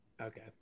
okay